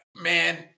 man